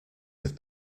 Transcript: have